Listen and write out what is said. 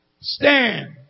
Stand